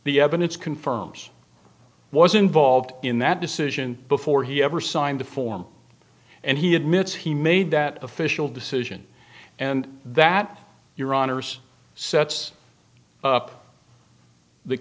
the evidence confirms was involved in that decision before he ever signed the form and he admits he made that official decision and that your honour's sets up the